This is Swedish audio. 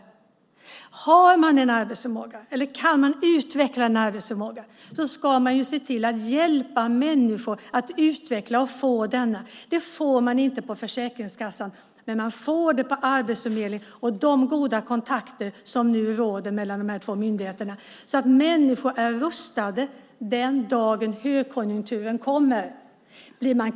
Om människor har en arbetsförmåga eller om de kan utveckla en arbetsförmåga ska man se till att hjälpa människor att utveckla och få denna. Det får de inte på Försäkringskassan, men de får det på Arbetsförmedlingen och genom de goda kontakter som nu råder mellan dessa två myndigheter, så att de är rustade den dag högkonjunkturen kommer.